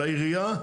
לעירייה,